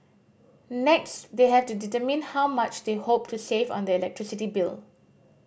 next they have to determine how much they hope to save on their electricity bill